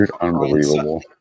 unbelievable